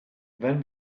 then